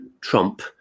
Trump